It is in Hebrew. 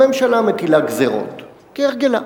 הממשלה מטילה גזירות כהרגלה,